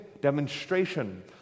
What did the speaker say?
demonstration